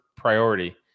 Priority